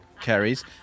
carries